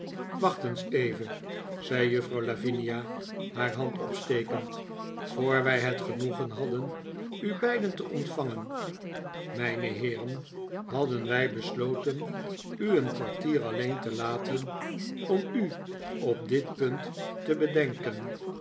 eens even zei juffrouw lavinia haar hand opstekend voor wij het genoegen hadden u beiden te ontvangen mijne heeren hadden wij besloten u een kwartier alleen te laten om u op dit punt te bedenken